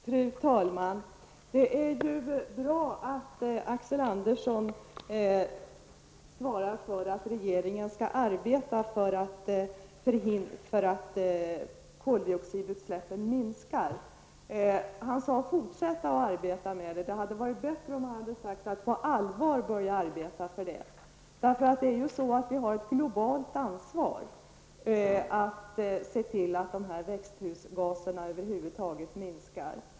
Fru talman! Det är ju bra att Axel Andersson svarar för att regeringen skall arbeta för att koldioxidutsläppen skall minska. Han sade ''fortsätta att arbeta'', men det hade varit bättre om han hade sagt att regeringen på allvar skall börja arbeta för att koldioxidutsläppen skall minska. Vi har ett globalt ansvar att se till att växthusgaserna över huvud taget minskar.